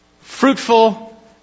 fruitful